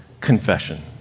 confession